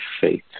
faith